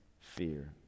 fear